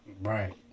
Right